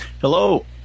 Hello